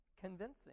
convincing